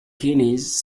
chimneys